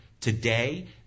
Today